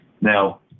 Now